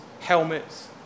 helmets